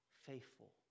faithful